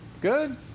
Good